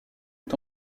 est